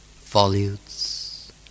volutes